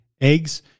eggs